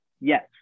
yes